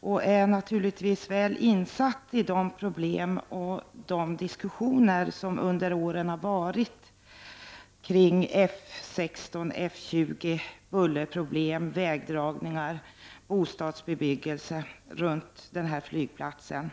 och är naturligtvis väl insatt i problemen och de diskussioner som under åren har förekommit kring F 16, F 20, bullerproblem, vägdragningar och bostadsbebyggelse runt den aktuella flygplatsen.